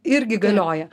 irgi galioja